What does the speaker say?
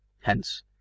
hence